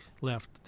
left